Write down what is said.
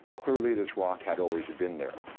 clearly this rock had always been there,